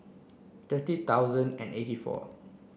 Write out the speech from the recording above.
thirty thousand and eighty four